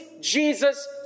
Jesus